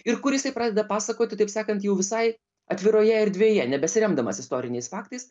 ir kur jisai pradeda pasakoti taip sakant jau visai atviroje erdvėje nebesiremdamas istoriniais faktais